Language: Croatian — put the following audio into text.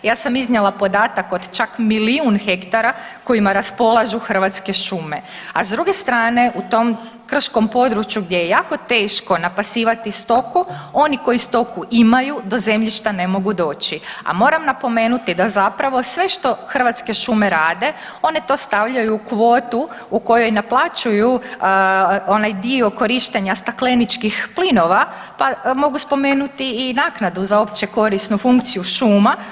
Ja sam iznijela podatak od čak milijun hektar kojima raspolažu Hrvatske šume, a s druge strane u tom krškom području gdje je jako teško napasivati stoku, oni koji stoku imaju do zemljišta ne mogu doći, a moram napomenuti da zapravo sve što Hrvatske šume rade, one to stavljaju u kvotu u kojoj naplaćuju onaj dio korištenja stakleničkih plinova, pa mogu spomenuti i naknadu za opće korisnu funkciju šuma.